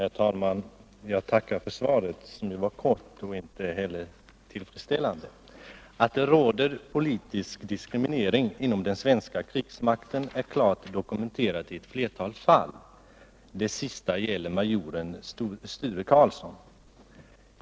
Herr talman! Jag tackar för svaret, som ju var kort och som inte var tillfredsställande. Att det råder politisk diskriminering inom den svenska krigsmakten är klart dokumenterat i ett flertal fall. Det senaste gäller majoren Sture Karlsson.